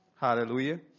Hallelujah